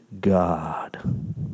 God